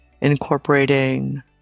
incorporating